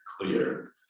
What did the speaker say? clear